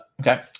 Okay